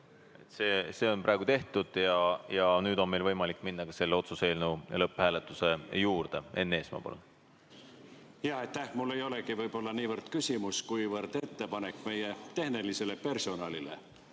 See on praegu tehtud ja nüüd on meil võimalik minna ka selle otsuse eelnõu lõpphääletuse juurde. Enn Eesmaa, palun! Aitäh! Mul ei olegi niivõrd küsimus, kuivõrd ettepanek meie tehnilisele personalile.